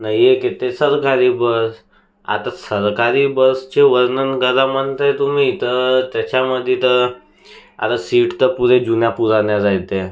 न एक येते सरकारी बस आता सरकारी बसचे वर्णन करा म्हणत आहे तुम्ही तर त्याच्यामध्ये तर आता सीट तर पुरे जुन्यापुराण्या झायत्या